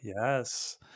Yes